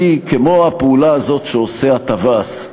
היא, כמו הפעולה הזאת שעושה הטווס,